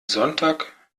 sonntag